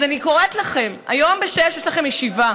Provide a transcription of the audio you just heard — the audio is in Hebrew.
אז אני קוראת לכם, היום ב-18:00 יש לכם ישיבה.